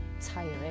tiring